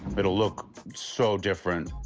it'll look so different.